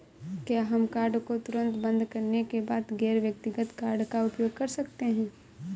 क्या हम कार्ड को तुरंत बंद करने के बाद गैर व्यक्तिगत कार्ड का उपयोग कर सकते हैं?